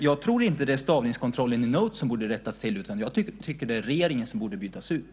Jag tror inte att det är stavningskontrollen i Notes som borde rättas till, utan jag tycker att det är regeringen som borde bytas ut.